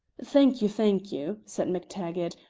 thank you, thank you, said mactaggart.